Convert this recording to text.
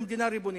מדינה ריבונית.